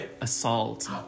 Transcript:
assault